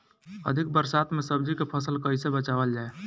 अधिक बरसात में सब्जी के फसल कैसे बचावल जाय?